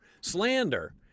Slander